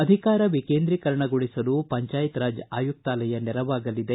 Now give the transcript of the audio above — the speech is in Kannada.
ಅಧಿಕಾರ ವಿಕೇಂದ್ರೀಕರಣಗೊಳಿಸಲು ಪಂಚಾಯತ್ ರಾಜ್ ಆಯುಕ್ತಾಲಯ ನೆರವಾಗಲಿದೆ